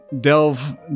delve